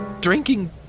drinking